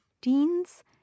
deans